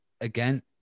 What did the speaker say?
Again